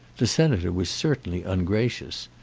the senator was certainly ungracious.